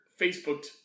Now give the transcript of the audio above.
Facebooked